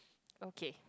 okay